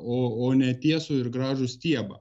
o o ne tiesų ir gražų stiebą